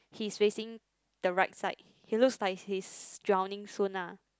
he facing the right side he looks like he is drowning soon ah